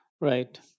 Right